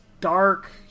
dark